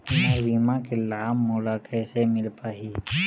मोर बीमा के लाभ मोला कैसे मिल पाही?